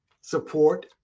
support